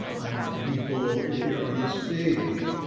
i mean, people if you're onstage